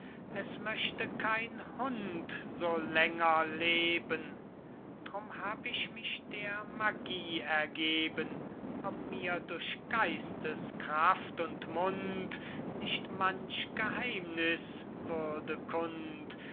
es möchte kein hund so länger leben drum hab ich mich der magie ergeben ob mir durch geistes kraft und mund nicht manch geheimniß würde